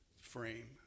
frame